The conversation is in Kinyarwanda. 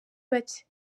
bake